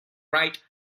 right